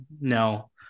no